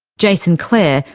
jason clare,